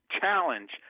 challenge